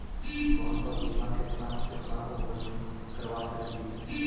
कौन कौन बिमा केतना केतना उम्र मे करबा सकली हे?